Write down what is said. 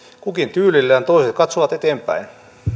kukin tyylillään toiset katsovat eteenpäin